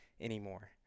anymore